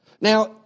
Now